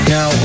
Now